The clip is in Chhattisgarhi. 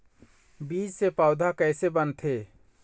बीज से पौधा कैसे बनथे?